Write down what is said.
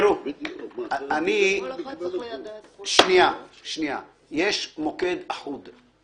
יש מוקד אחוד.